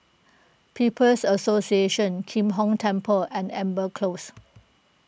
People's Association Kim Hong Temple and Amber Close